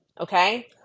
okay